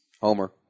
Homer